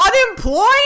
unemployed